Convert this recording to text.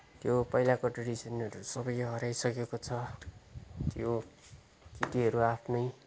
त्यो पहिलाको ट्रेडिसनहरू त सबै हराइसकेको छ त्यो काटीहरू आफ्नै